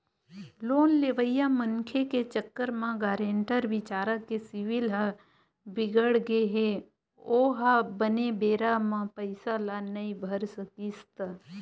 loan लेवइया मनखे के चक्कर म गारेंटर बिचारा के सिविल ह बिगड़गे हे ओहा बने बेरा म पइसा ल नइ भर सकिस त